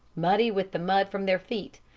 muddy with the mud from their feet,